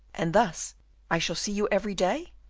and thus i shall see you every day?